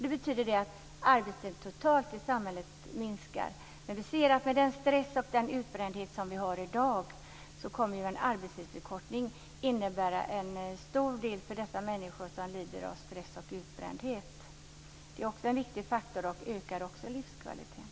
Det betyder att arbetstiden minskar totalt i samhället. Med den stress och den utbrändhet som vi har i dag kommer en arbetstidsförkortning att innebära en hel del för de människor som lider av detta. Det är också en viktig faktor, som ökar livskvaliteten.